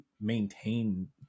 maintain